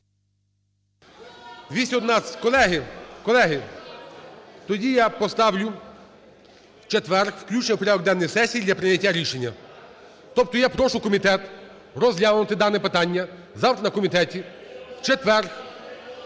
Колеги, тоді я поставлю в четвер включення у порядок денний сесії для прийняття рішення. Тобто я прошу комітет розглянути дане питання завтра на комітеті, в четвер,